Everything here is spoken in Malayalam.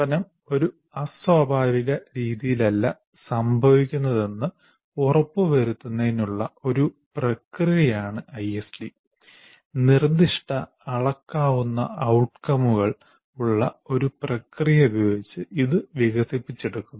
പഠനം ഒരു അസ്വാഭാവിക രീതിയിലല്ല സംഭവിക്കുന്നതെന്ന് ഉറപ്പുവരുത്തുന്നതിനുള്ള ഒരു പ്രക്രിയയാണ് ഐഎസ്ഡി നിർദ്ദിഷ്ട അളക്കാവുന്ന ഔട്കമുകൾ ഉള്ള ഒരു പ്രക്രിയ ഉപയോഗിച്ച് ഇത് വികസിപ്പിച്ചെടുക്കുന്നു